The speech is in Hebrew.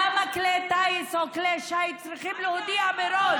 למה כלי טיס או כלי שיט צריכים להודיע מראש